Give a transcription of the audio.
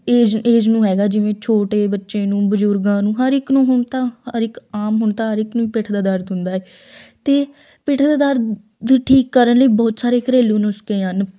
age age ਨੂੰ ਹੈਗਾ ਜਿਵੇਂ ਛੋਟੇ ਬੱਚੇ ਨੂੰ ਬਜ਼ੁਰਗਾਂ ਨੂੰ ਹਰ ਇੱਕ ਨੂੰ ਹੁਣ ਤਾਂ ਹਰ ਇੱਕ ਆਮ ਹੁਣ ਤਾਂ ਹਰ ਇੱਕ ਨੂੰ ਪਿੱਠ ਦਾ ਦਰਦ ਹੁੰਦਾ ਹੈ ਅਤੇ ਪਿੱਠ ਦੇ ਦਰਦ ਠੀਕ ਕਰਨ ਲਈ ਬਹੁਤ ਸਾਰੇ ਘਰੇਲੂ ਨੁਸਖੇ ਹਨ